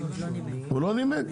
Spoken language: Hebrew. הוא לא נימק?